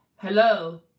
hello